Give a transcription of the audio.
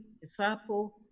disciple